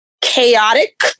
chaotic